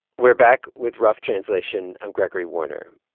we're back with rough translation. i'm gregory warner.